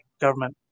government